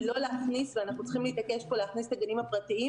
אנחנו צריכים להתעקש פה להכניס את הגנים הפרטיים